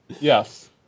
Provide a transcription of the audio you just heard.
Yes